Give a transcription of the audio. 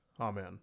Amen